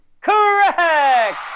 Correct